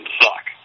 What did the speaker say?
suck